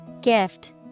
Gift